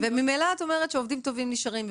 ממילא את אומרת שעובדים טובים נשארים,